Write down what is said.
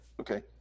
okay